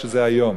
שזה היום.